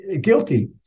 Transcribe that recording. guilty